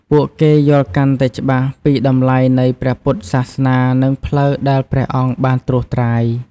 ពួកគេយល់កាន់តែច្បាស់ពីតម្លៃនៃព្រះពុទ្ធសាសនា និងផ្លូវដែលព្រះអង្គបានត្រួសត្រាយ។